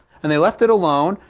and they left it alone,